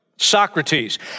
Socrates